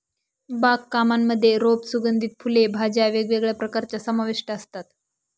बाग कामांमध्ये रोप, सुगंधित फुले, भाज्या वेगवेगळ्या प्रकारच्या समाविष्ट असतात